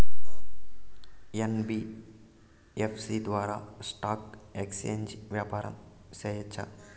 NBFC ద్వారా stock exchange వ్యాపారం సేయొచ్చా?